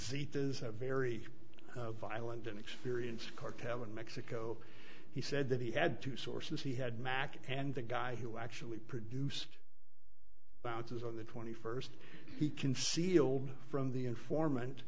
seat is a very violent and experienced cartel in mexico he said that he had two sources he had mack and the guy who actually produced pounces on the twenty first he concealed from the informant